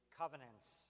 covenants